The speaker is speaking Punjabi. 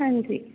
ਹਾਂਜੀ